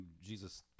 Jesus